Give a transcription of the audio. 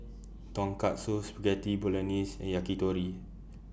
Tonkatsu Spaghetti Bolognese and Yakitori